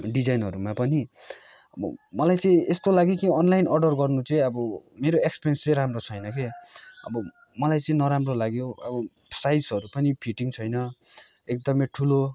डिजाइनहरूमा पनि अब मलाई चाहिँ यस्तो लाग्यो कि अनलाइन अर्डर गर्नु चाहिँ अब मेरो एक्सपिरियन्स चाहिँ राम्रो छैन क्या अब मलाई चाहिँ नराम्रो लाग्यो अब साइजहरू पनि फिटिङ छैन एकदमै ठुलो